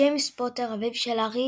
ג'יימס פוטר – אביו של הארי,